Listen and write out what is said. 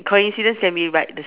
coincidence can be like the